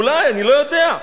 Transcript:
אולי, אני לא יודע.